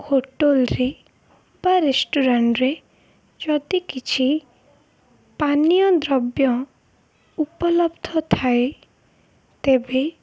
ହୋଟଲ୍ରେ ବା ରେଷ୍ଟୁରାଣ୍ଟ୍ରେ ଯଦି କିଛି ପାନୀୟ ଦ୍ରବ୍ୟ ଉପଲବ୍ଧ ଥାଏ ତେବେ